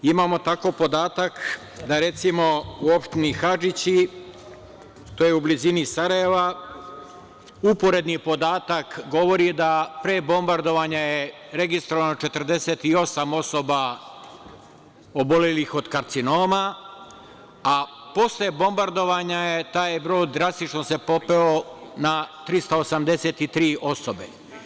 Imamo tako podatak da, recimo, u opštini Hadžići, to je u blizini Sarajeva, uporedni podatak je da pre bombardovanja je registrovano 48 osoba obolelih od karcinoma, a posle bombardovanja taj broj se drastično popeo na 383 osobe.